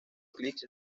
clips